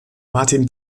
martin